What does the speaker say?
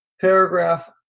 Paragraph